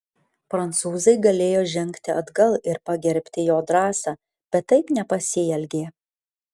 prancūzai galėjo žengti atgal ir pagerbti jo drąsą bet taip nepasielgė